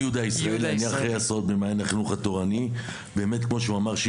אני אחראי הסעות במעיין החינוך התורני - כמו ששמעון אמר,